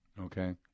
Okay